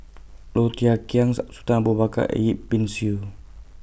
Low Thia Khiang Sultan Abu Bakar Yip Pin Xiu